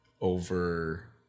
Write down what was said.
over